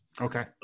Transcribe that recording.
Okay